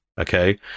okay